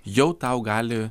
jau tau gali